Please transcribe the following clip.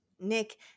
Nick